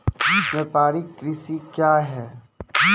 व्यापारिक कृषि क्या हैं?